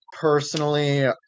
personally